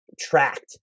tracked